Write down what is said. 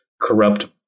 corrupt